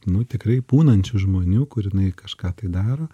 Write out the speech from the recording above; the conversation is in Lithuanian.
nu tikrai pūnančių žmonių kur jinai kažką tai daro